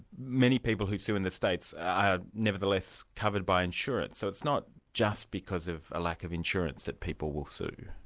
many people who sue in the states are nevertheless covered by insurance, so it's not just because of a lack of insurance that people will sue.